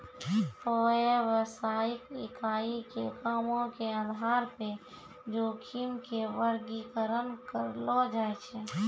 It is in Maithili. व्यवसायिक इकाई के कामो के आधार पे जोखिम के वर्गीकरण करलो जाय छै